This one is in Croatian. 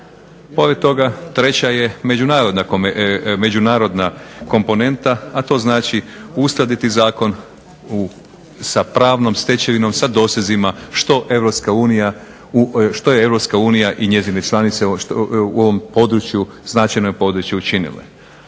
Pored toga treća je međunarodna komponenta, a to znači uskladiti zakon sa pravnom stečevinom, sa dosezima što je Europska unija i njezine članice u ovom području, značajno područje učinile.